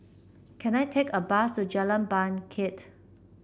can I take a bus to Jalan Bangket